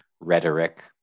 rhetoric